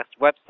website